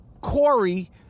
Corey